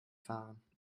fahren